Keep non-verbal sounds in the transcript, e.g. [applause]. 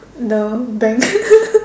the bank [laughs]